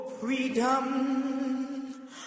Freedom